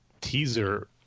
teaser